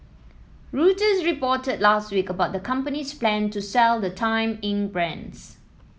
reuters reported last week about the company's plan to sell the Time Inc brands